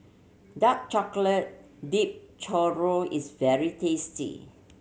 dark chocolate dipped churro is very tasty